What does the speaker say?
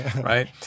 right